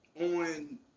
on